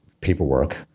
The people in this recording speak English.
paperwork